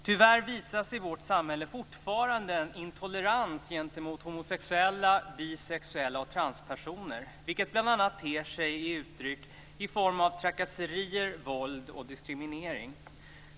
Tyvärr visas i vårt samhälle fortfarande en intolerans gentemot homosexuella, bisexuella och transpersoner, vilken bl.a. tar sig uttryck i trakasserier, våld och diskriminering.